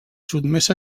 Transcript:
sotmès